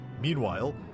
Meanwhile